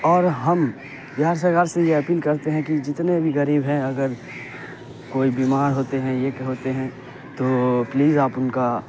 اور ہم بہار سرکار سے یہ اپیل کرتے ہیں کہ جتنے بھی غریب ہیں اگر کوئی بیمار ہوتے ہیں یہ ہوتے ہیں تو پلیز آپ ان کا